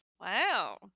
Wow